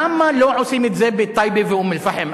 למה לא עושים את זה בטייבה ואום-אל-פחם,